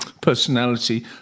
personality